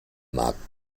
markt